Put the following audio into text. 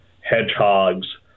hedgehogs